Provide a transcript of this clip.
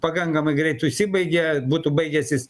pakankamai greit užsibaigė būtų baigęsis